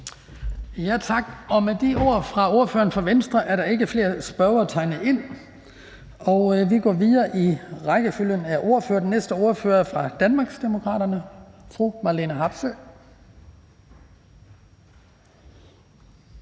Tak. Med de ord fra ordføreren for Venstre er der ikke flere spørgere tegnet ind, og vi går videre i rækkefølgen af ordførere. Den næste ordfører er fra Danmarksdemokraterne. Fru Marlene Harpsøe.